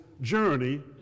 journey